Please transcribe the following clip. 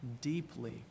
deeply